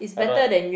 I don't want